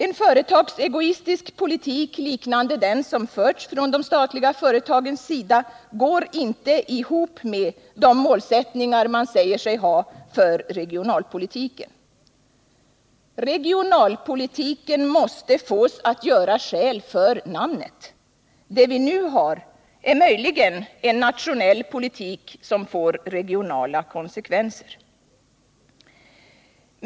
En företagsegoistisk politik, liknande den som förts från de statliga företagens sida, går inte ihop med de målsättningar man säger sig ha för regionalpolitiken. Regionalpolitiken måste fås att göra skäl för namnet. Det vi nu har är möjligen en nationell politik som får regionala konsekvenser.